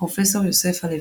פרופ' יוסף הלוי.